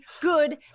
good